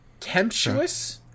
temptuous